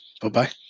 Bye-bye